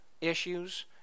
issues